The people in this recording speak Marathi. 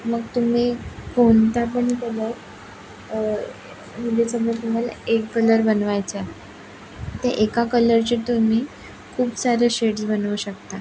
मग तुम्ही कोणता पण कलर म्हणजे समजा तुम्हाला एक कलर बनवायचा तर एका कलरचे तुम्ही खूप सारे शेड्स बनवू शकता